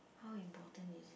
how important is it